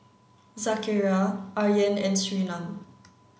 Zakaria Aryan and Surinam